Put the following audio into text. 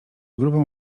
grubą